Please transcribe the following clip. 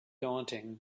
daunting